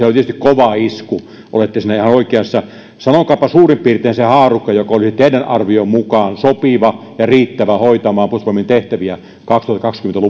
on tietysti kova isku olette siinä ihan oikeassa sanokaapa suurin piirtein se haarukka joka olisi teidän arvionne mukaan sopiva ja riittävä hoitamaan puolustusvoimien tehtäviä kaksituhattakaksikymmentä